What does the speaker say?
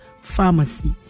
Pharmacy